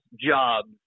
jobs